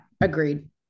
Agreed